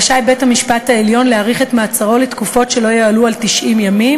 רשאי בית-המשפט העליון להאריך את מעצרו לתקופות שלא יעלו על 90 ימים,